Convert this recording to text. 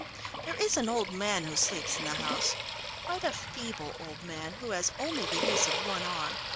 there is an old man who sleeps in the house quite a feeble old man who has only the use of one arm.